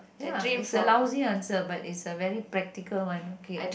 ya it's a lousy answer but it's a very practical one okay